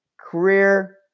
career